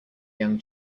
young